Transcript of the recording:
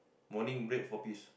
morning bread four piece